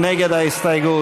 מי נגד ההסתייגות?